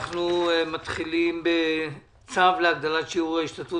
אנחנו מתחילים בצו להגדלת שיעור ההשתתפות